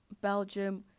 Belgium